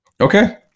Okay